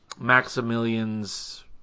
Maximilian's